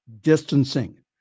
distancing